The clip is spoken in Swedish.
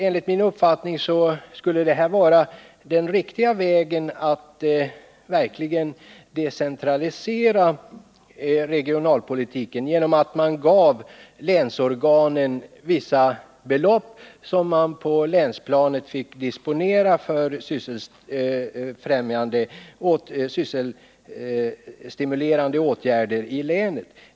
Enligt min uppfattning skulle det här vara den riktiga vägen att verkligen decentralisera regionalpolitiken genom att länsorganen tilldelades vissa belopp som man på länsplanet fick disponera för sysselsättningsstimulerande åtgärder i länet.